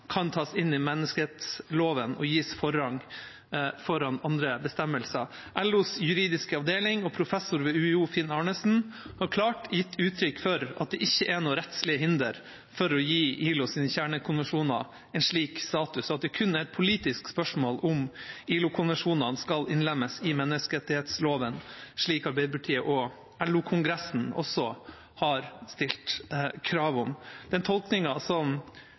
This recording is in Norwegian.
kan tas inn i menneskerettsloven og gis forrang foran andre bestemmelser. LOs juridiske avdeling og professor Finn Arnesen ved UiO har klart gitt uttrykk for at det ikke er noe rettslig hinder for å gi ILOs kjernekonvensjoner en slik status – at det kun er et politisk spørsmål om ILO-konvensjonene skal innlemmes i menneskerettsloven, slik Arbeiderpartiet og LO-kongressen har stilt krav om. Den tolkningen som